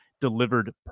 delivered